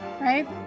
Right